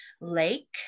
lake